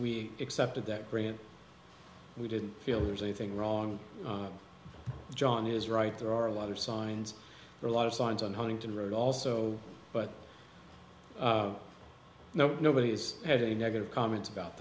we accepted that grant we didn't feel there's anything wrong john is right there are a lot of signs or a lot of signs on huntington road also but no nobody has had any negative comments about